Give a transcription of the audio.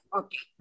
okay